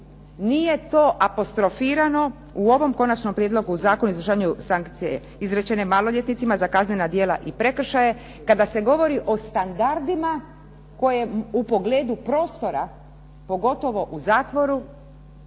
nije to apostrofirano u ovom Konačnom prijedlogu zakona o izvršavanju sankcija izrečene maloljetnicima za kaznena djela i prekršaje, kada se govori o standardima koji u pogledu prostora pogotovo u zatvoru,